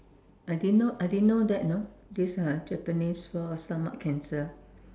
I didn't know I didn't know that you know this uh Japanese cause stomach cancer